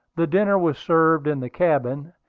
the dinner was served in the cabin,